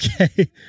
Okay